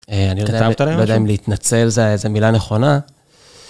אני לא יודע אם להתנצל זה מילה נכונה.